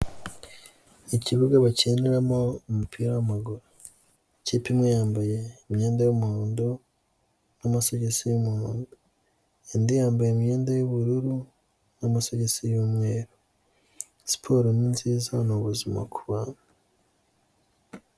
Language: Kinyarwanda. Mu kibuga bakinmo umupira w'amaguru, ikipe imwe yambaye imyenda y'umuhondo n'amagisi y'umuho, indodi yambaye imyenda y'ubururu n'amasogisi y'umweru, siporo ni nziza ni ubuzima kubantu.